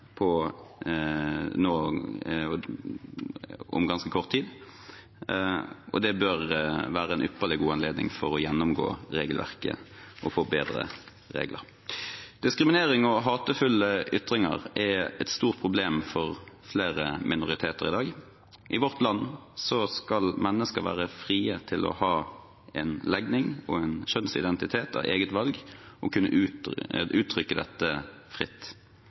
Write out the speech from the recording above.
bør være en ypperlig god anledning til å gjennomgå regelverket og forbedre regler. Diskriminering og hatefulle ytringer er et stort problem for flere minoriteter i dag. I vårt land skal mennesker være fri til å ha en legning og en kjønnsidentitet etter eget valg og kunne uttrykke dette fritt.